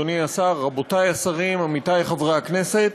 אדוני השר, רבותי השרים, עמיתי חברי הכנסת,